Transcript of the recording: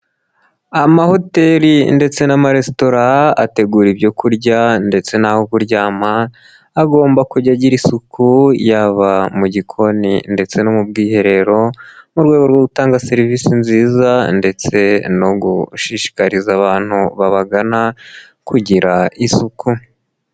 Amahoteli ndetse n'amaresitora ategura ibyo kurya ndetse n'aho kuryama agomba kujya agira isuku yaba mu gikoni ndetse no mu bwiherero mu rwego rwo gutanga serivisi nziza ndetse no gushishikariza abantu babagana kugira isuku.